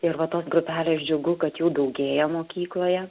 ir va tos grupelės džiugu kad jų daugėja mokykloje